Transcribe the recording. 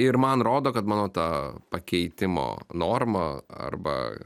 ir man rodo kad mano ta pakeitimo norma arba